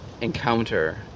encounter